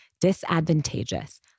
disadvantageous